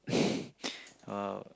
!wow!